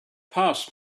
passed